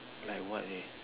like what eh